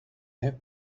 have